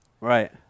Right